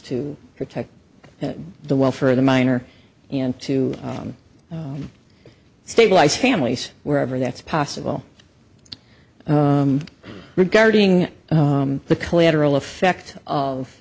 to protect the welfare of the minor and to stabilize families wherever that's possible regarding the collateral effect of